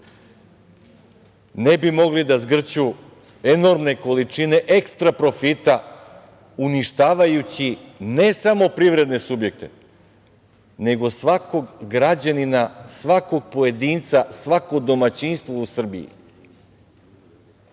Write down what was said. ne bi mogli da zgrću enormne količine ekstra profita uništavajući ne samo privredne subjekte, nego svakog građanina, svakog pojedinca, svako domaćinstvo u Srbiji. Bivši